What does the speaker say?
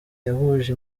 yahuje